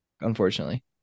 unfortunately